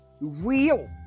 real